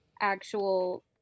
actual